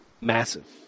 Massive